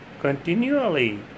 continually